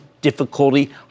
difficulty